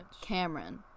Cameron